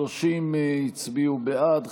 30 הצביעו בעד,